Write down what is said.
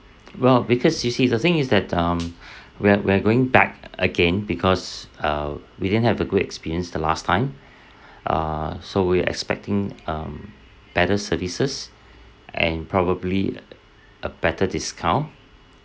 well because you see the thing is that um we're we're going back again because uh we didn't have a good experience the last time err so we're expecting um better services and probably a better discount